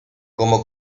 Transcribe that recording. como